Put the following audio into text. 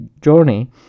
journey